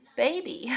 ,baby